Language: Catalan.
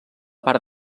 part